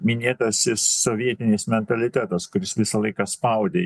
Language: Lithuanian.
minėtasis sovietinis mentalitetas kuris visą laiką spaudė jį